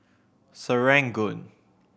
Serangoon